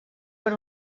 per